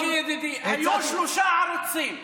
מיקי ידידי, היו שלושה ערוצים.